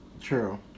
True